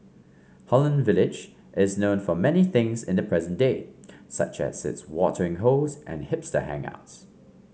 Holland Village is known for many things in the present day such as its watering holes and hipster hangouts